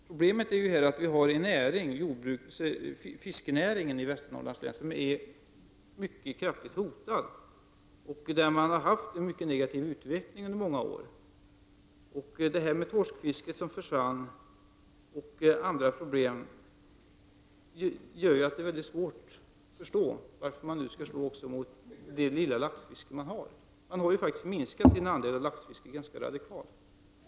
Problemet är här att vi i Västernorrlands län har en fiskenäring som är mycket kraftigt hotad. Man har i många år haft en mycket negativ utveckling. Torskfisket som försvann och andra problem gör att det är mycket svårt att förstå varför man skall slå mot det lilla laxfiske som finns kvar. Andelen av laxfisket har ju minskat ganska radikalt.